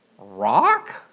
Rock